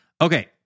Okay